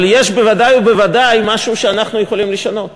אבל יש בוודאי ובוודאי משהו שאנחנו יכולים לשנות